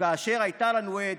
כאשר הייתה לנו עת,